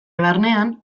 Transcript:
barnean